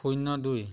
শূন্য দুই